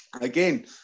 again